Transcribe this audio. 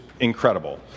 Incredible